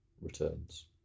returns